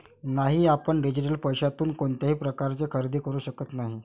नाही, आपण डिजिटल पैशातून कोणत्याही प्रकारचे खरेदी करू शकत नाही